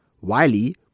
wiley